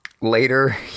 Later